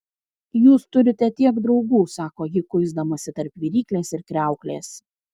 jūs turite tiek draugų sako ji kuisdamasi tarp viryklės ir kriauklės